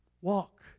walk